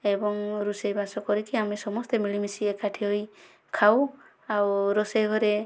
ଏବଂ ରୋଷେଇ ବାସ କରିକି ଆମେ ସମସ୍ତେ ମିଳି ମିଶି ଏକାଠି ହୋଇ ଖାଉ ଆଉ ରୋଷେଇ ଘରେ